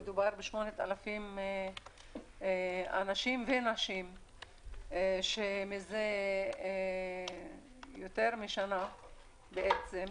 מדובר ב-8,000 אנשים ונשים שמזה יותר משנה בעצם,